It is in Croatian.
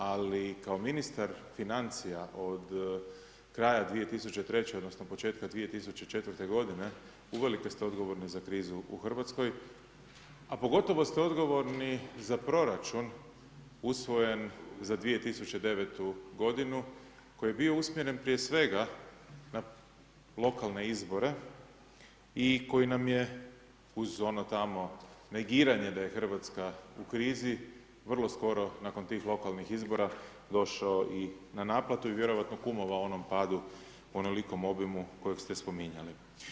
Ali kao ministar financija od kraja 2003. odnosno početka 2004. g., uvelike ste odgovorni za krizu u Hrvatskoj a pogotovo ste odgovorni za proračun usvojen za 2009. g. koji je bio usmjeren prije svega na lokalne izbore i koji nam je uz ono tamo negiranje da je Hrvatska u krizi, vrlo skoro nakon tih lokalnih izbora, došao i na naplatu i vjerovatno i kumovao onom padu, onolikom obimu kojeg ste spominjali.